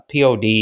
POD